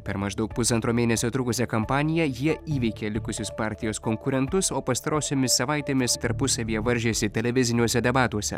per maždaug pusantro mėnesio trukusią kampaniją jie įveikė likusius partijos konkurentus o pastarosiomis savaitėmis tarpusavyje varžėsi televiziniuose debatuose